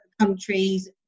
countries